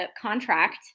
contract